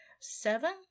Seven